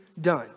done